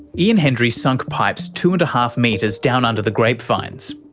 ian hendry sunk pipes two and a half metres down under the grape vines.